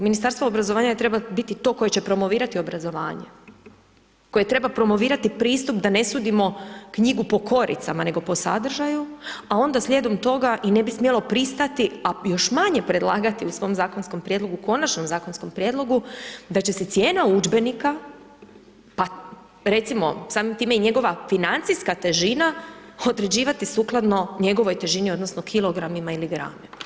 Ministarstvo obrazovanja treba biti to koje će promovirati obrazovanje, koje treba promovirati pristup da ne sudimo knjigu po koricama, nego po sadržaju, a onda slijedom toga i ne bi smijelo pristati, a još manje predlagati u svom zakonskom prijedlogu, Konačnom zakonskom prijedlogu da će se cijena udžbenika, pa recimo, samim time i njegova financijska težina, određivati sukladno njegovoj težini odnosno kilogramima ili gramima.